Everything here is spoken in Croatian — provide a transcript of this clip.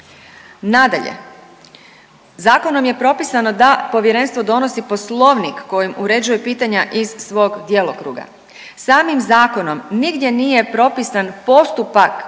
Nadalje, zakonom je propisano da povjerenstvo donosi poslovnik kojim uređuje pitanja iz svog djelokruga. Samim zakonom nigdje nije propisan postupak u kojem